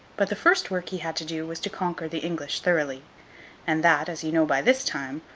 but the first work he had to do, was to conquer the english thoroughly and that, as you know by this time,